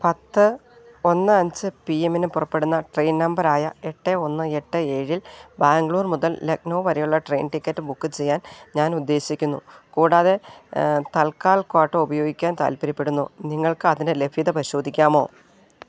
പത്ത് ഒന്ന് അഞ്ച് പി എമ്മിനു പുറപ്പെടുന്ന ട്രെയിൻ നമ്പറായ എട്ട് ഒന്ന് എട്ട് ഏഴിൽ ബാംഗ്ലൂർ മുതൽ ലക്നൗ വരെയുള്ള ട്രെയിൻ ടിക്കറ്റ് ബുക്ക് ചെയ്യാൻ ഞാനുദ്ദേശിക്കുന്നു കൂടാതെ തൽക്കാൽ ക്വാട്ട ഉപയോഗിക്കാൻ താൽപ്പര്യപ്പെടുന്നു നിങ്ങൾക്ക് അതിൻ്റെ ലഭ്യത പരിശോധിക്കാമോ